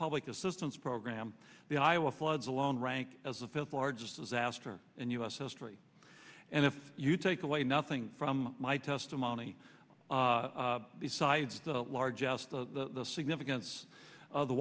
public assistance program the iowa floods alone rank as the fifth largest disaster in u s history and if you take away nothing from my testimony besides the largest the significance of the